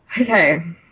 Okay